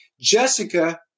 Jessica